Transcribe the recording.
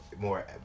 More